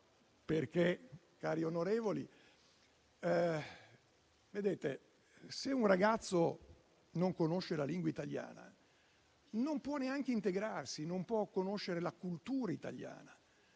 Ragazzi, cari onorevoli, se un giovane non conosce la lingua italiana, non può neanche integrarsi, non può conoscere la cultura italiana;